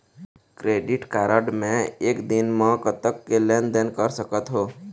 Credit card मे एक दिन म कतक के लेन देन कर सकत हो?